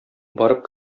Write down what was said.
барып